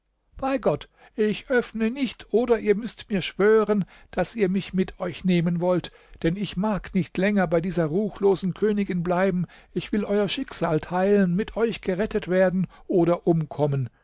bei gott ich öffne nicht oder ihr müßt mir schwören daß ihr mich mit euch nehmen wollt denn ich mag nicht länger bei dieser ruchlosen königin bleiben ich will euer schicksal teilen mit euch gerettet werden oder umkommen